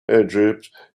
egypt